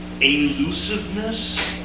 elusiveness